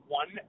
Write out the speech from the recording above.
one